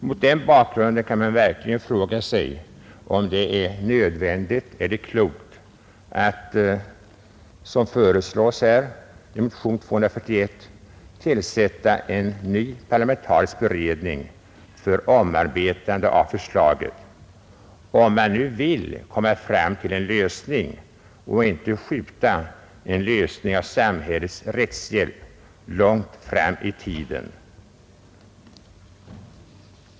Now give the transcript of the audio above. Mot den bakgrunden kan man verkligen fråga sig om det är nödvändigt eller klokt att, som föreslås i motionen 241, tillsätta en ny parlamentarisk beredning för överarbetande av förslaget — om man nu vill komma fram till en lösning och inte skjuta en reform av samhällets rättshjälp långt fram i tiden.